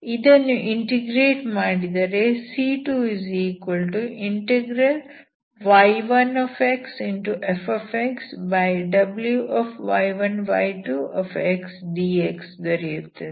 ಇದನ್ನು ಇಂಟಿಗ್ರೇಟ್ ಮಾಡಿದರೆ c2y1fWy1y2dx ದೊರೆಯುತ್ತದೆ